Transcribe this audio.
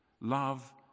love